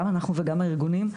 גם אנחנו וגם הארגונים,